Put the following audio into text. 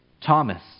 Thomas